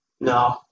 No